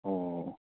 ꯑꯣ